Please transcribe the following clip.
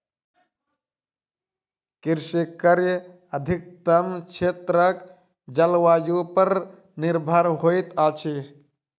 कृषि कार्य अधिकतम क्षेत्रक जलवायु पर निर्भर होइत अछि